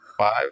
Five